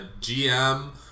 GM